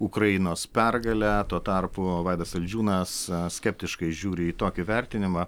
ukrainos pergale tuo tarpu vaidas saldžiūnas skeptiškai žiūri į tokį vertinimą